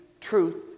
truth